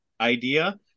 idea